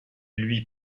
lui